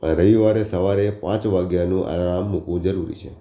રવિવારે સવારે પાંચ વાગ્યાનું એલારામ મૂકવું જરૂરી છે